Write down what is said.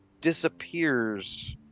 disappears